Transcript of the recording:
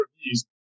reviews